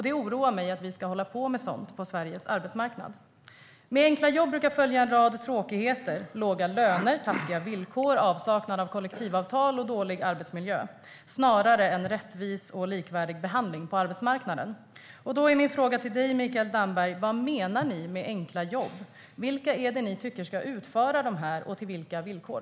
Det oroar mig att vi ska hålla på med sådant på Sveriges arbetsmarknad. Med enkla jobb brukar följa en rad tråkigheter - låga löner, taskiga villkor, avsaknad av kollektivavtal och dålig arbetsmiljö - snarare än rättvis och likvärdig behandling på arbetsmarknaden. Då är min fråga till dig, Mikael Damberg: Vad menar ni med enkla jobb? Vilka är det som ni tycker ska utföra dessa jobb och på vilka villkor?